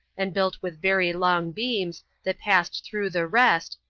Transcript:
and built with very long beams, that passed through the rest,